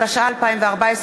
התשע"ה 2014,